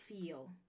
feel